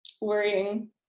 worrying